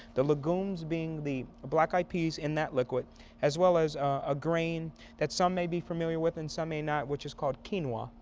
the legumes being the black-eyed peas in that liquid as well as a grain that some may be familiar with and some may not which is called quiinoa.